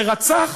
שרצח,